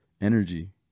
energy